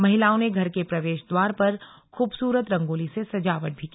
महिलाओं ने घर के प्रवेश द्वार पर खूबसूरत रंगोली से सजावट की